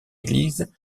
église